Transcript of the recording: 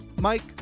Mike